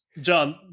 John